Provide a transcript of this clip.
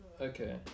okay